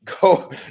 Go